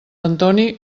antoni